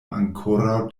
ankoraŭ